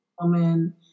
woman